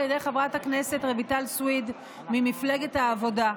ידי חברת הכנסת רויטל סויד ממפלגת העבודה.